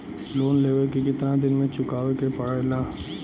Loan लेवे के कितना दिन मे चुकावे के पड़ेला?